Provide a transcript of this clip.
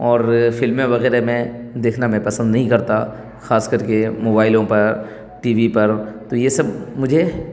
اور فلمیں وغیرہ میں دیکھنا میں پسند نہیں کرتا خاص کر کے موبائلوں پر ٹی وی پر تو یہ سب مجھے